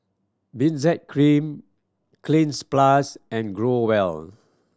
Benzac Cream Cleanz Plus and Growell